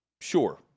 sure